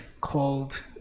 called